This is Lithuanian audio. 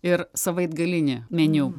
ir savaitgalinį meniu